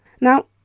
Now